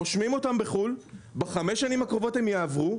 רושמים אותן בחו"ל, ובחמש השנים הקרובות הן יעברו.